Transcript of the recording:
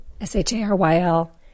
S-H-A-R-Y-L